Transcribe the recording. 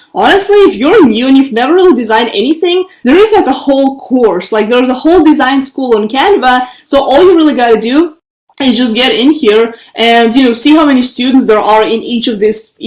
honestly, if you're new, and you've never really designed anything, there is like a whole course like there's a whole design school on canva. so all you really got to do is just get in here. and you know, see how many students there are in each of these,